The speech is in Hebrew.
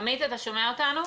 שומע אותנו?